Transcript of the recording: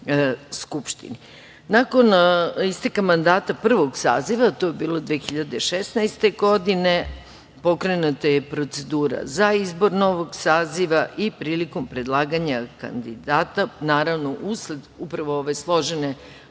isteka mandata prvog saziva, to je bilo 2016. godine. Pokrenuta je procedura za izbor novog saziva i prilikom predlaganja kandidata, naravno, usled upravo ove složene